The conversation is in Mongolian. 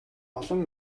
олон